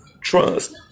trust